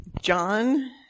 John